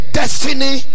destiny